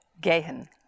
Gehen